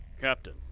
Captain